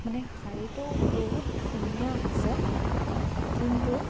মানে শাৰীটো বহুত ধুনীয়া আহিছে কিন্তু